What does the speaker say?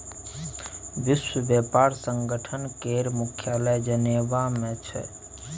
विश्व बेपार संगठन केर मुख्यालय जेनेबा मे छै